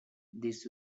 this